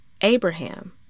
Abraham